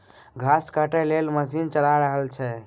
घास काटय लेल मशीन चला रहल छै